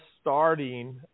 starting